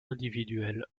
individuelle